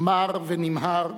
מר ונמהר,